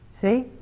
See